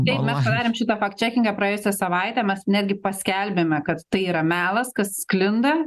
taip mes padarėm šitą fakt čekingą praėjusią savaitę mes netgi paskelbėme kad tai yra melas kas sklinda